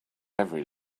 every